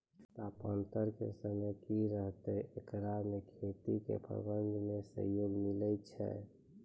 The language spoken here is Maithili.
तापान्तर के समय की रहतै एकरा से खेती के प्रबंधन मे सहयोग मिलैय छैय?